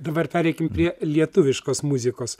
dabar pereikim prie lietuviškos muzikos